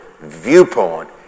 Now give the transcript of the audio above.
viewpoint